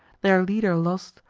their leader lost,